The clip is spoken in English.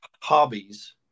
hobbies